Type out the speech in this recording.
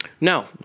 No